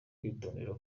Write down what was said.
kwitondera